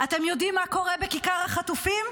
אתם יודעים מה קורה בכיכר החטופים?